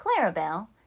Clarabelle